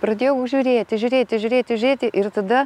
pradėjau žiūrėti žiūrėti žiūrėti žiūrėti ir tada